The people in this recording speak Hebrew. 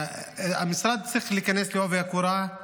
המשרד צריך להיכנס בעובי הקורה,